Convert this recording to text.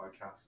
podcast